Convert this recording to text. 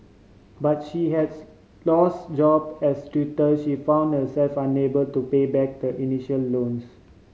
but she has lose job as tutor she found herself unable to pay back the initial loans